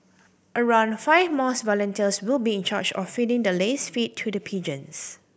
around five mosque volunteers will be in charge of feeding the laced feed to the pigeons